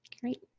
Great